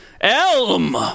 Elm